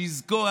שיזכור,